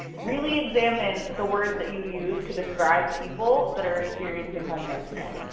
really examine the words that you use to describe people that are experiencing homelessness.